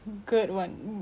what am I supposed to do